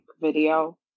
video